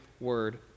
word